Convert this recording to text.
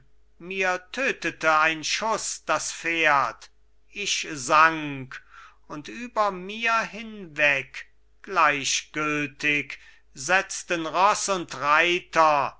mir tötete ein schuß das pferd ich sank und über mir hinweg gleichgültig setzten roß und reiter